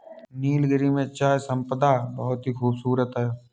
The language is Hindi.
नीलगिरी में चाय संपदा बहुत ही खूबसूरत है